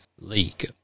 League